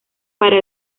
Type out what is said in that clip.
para